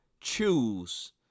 choose